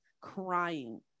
crying